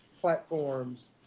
platforms